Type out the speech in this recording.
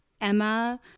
Emma